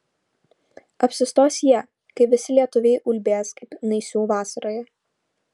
apsistos jie kai visi lietuviai ulbės kaip naisių vasaroje